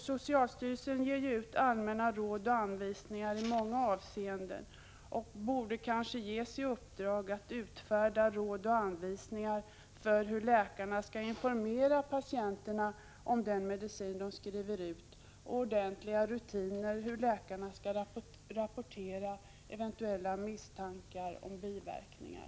Socialstyrelsen ger ju ut allmänna råd och anvisningar i många avseenden och borde kanske ges i uppdrag att utfärda råd och anvisningar för hur läkarna skall informera patienterna om den medicin de skriver ut och skapa ordentliga rutiner för hur läkarna skall rapportera eventuella misstankar om biverkningar.